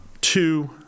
two